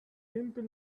simple